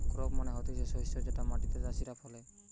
crop মানে হতিছে শস্য যেটা মাটিতে চাষীরা ফলে